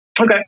Okay